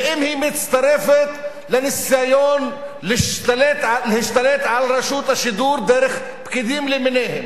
ואם היא מצטרפת לניסיון להשתלט על רשות השידור דרך פקידים למיניהם,